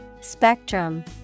Spectrum